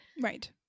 Right